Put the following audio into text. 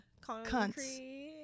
concrete